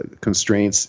constraints